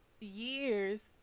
years